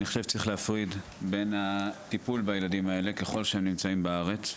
אני חושב שצריך להפריד בטיפול בין הילדים האלה ככול שהם נמצאים בארץ,